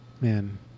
man